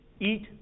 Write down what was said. eat